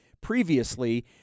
previously